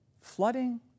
flooding